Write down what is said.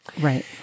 right